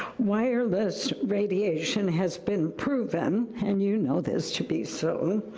wireless radiation has been proven, and you know this to be so,